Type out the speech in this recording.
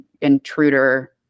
intruder